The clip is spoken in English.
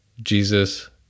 Jesus